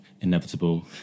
inevitable